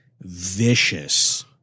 vicious